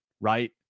right